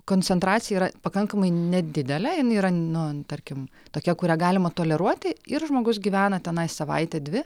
koncentracija yra pakankamai nedidelė jin yra no tarkim tokia kurią galima toleruoti ir žmogus gyvena tenai savaitę dvi